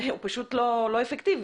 והוא פשוט לא אפקטיבי.